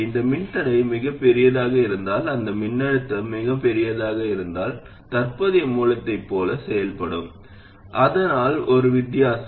இந்த மின்தடை மிகப் பெரியதாக இருந்தால் இந்த மின்னழுத்தம் மிகப் பெரியதாக இருந்தால் அது தற்போதைய மூலத்தைப் போல செயல்படும் அதனால் ஒரு வித்தியாசம்